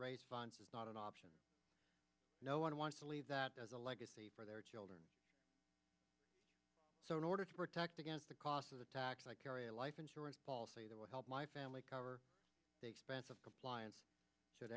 raise funds is not an option no one wants to leave that as a legacy for their children so in order to protect against the cost of the tax i carry a life insurance policy that would help my family cover the expense of compliance should